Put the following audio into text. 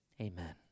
amen